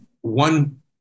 one